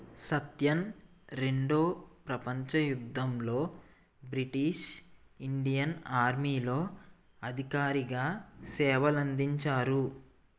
సత్యన్ రెండో ప్రపంచ యుద్ధంలో బ్రిటీష్ ఇండియన్ ఆర్మీలో అధికారిగా సేవలందించారు